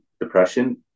depression